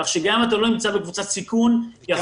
כך שגם אם אתה לא נמצא בקבוצת סיכון יכול